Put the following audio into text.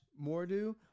Mordu